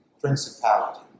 principality